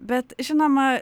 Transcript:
bet žinoma